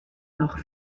noch